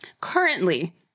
currently